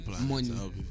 money